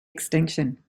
extension